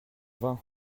vin